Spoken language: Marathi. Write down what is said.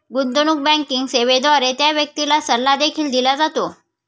गुंतवणूक बँकिंग सेवेद्वारे त्या व्यक्तीला सल्ला देखील दिला जातो